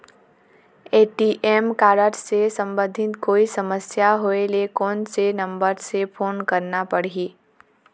ATM card से संबंधित कोई समस्या होय ले, कोन से नंबर से फोन करना पढ़ही?